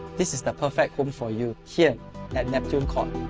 this is the perfect home for you, here at neptune court.